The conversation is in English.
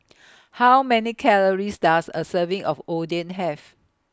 How Many Calories Does A Serving of Oden Have